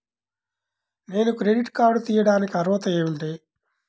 నేను credit card తీయడానికి అర్హత ఏమిటి?